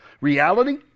reality